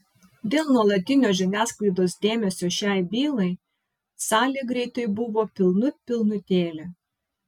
dėl nuolatinio žiniasklaidos dėmesio šiai bylai salė greitai buvo pilnut pilnutėlė